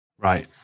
Right